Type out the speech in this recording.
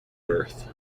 birth